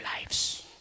lives